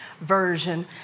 version